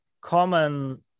common